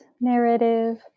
narrative